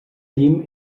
llim